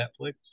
Netflix